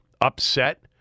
Upset